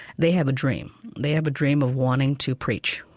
they have a dream. they have a dream of wanting to preach.